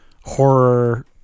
horror